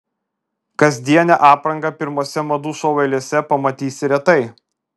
kasdienę aprangą pirmose madų šou eilėse pamatysi retai